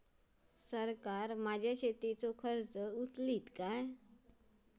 सरकार माझो शेतीचो खर्च उचलीत काय?